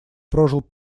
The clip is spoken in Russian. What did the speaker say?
прожил